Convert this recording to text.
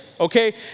Okay